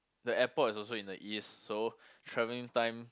the airport is also in the east so travelling time